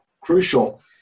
crucial